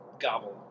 Gobble